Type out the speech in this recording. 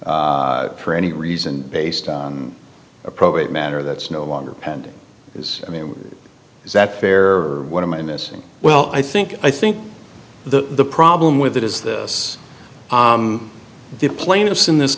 for any reason based on a probate matter that's no longer pending is i mean is that fair or what am i missing well i think i think the problem with it is this the plaintiffs in this